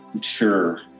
Sure